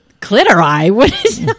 Clitoris